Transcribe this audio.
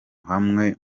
hamwe